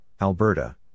Alberta